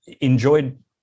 enjoyed